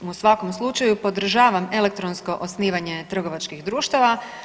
U svakom slučaju podržavam elektronsko osnivanje trgovačkih društava.